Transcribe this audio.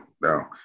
no